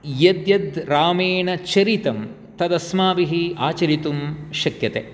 यद्यद् रामेण चरितं तद् अस्माभिः आचरितुं शक्यते